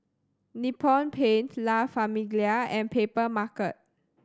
Nippon Paint La Famiglia and Papermarket